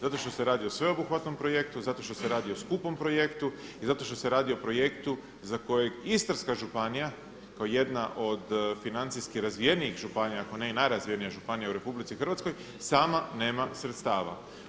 Zato što se radi o sveobuhvatnom projektu, zato što se radi o skupom projektu i zato što se radi o projektu za kojeg je Istarska županija kao jedna od financijski razvijenijih županija, ako ne i najrazvijenija županija u RH sama nema sredstava.